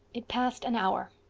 it passed an hour.